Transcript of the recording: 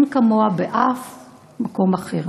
אין כמותן בשום מקום אחר.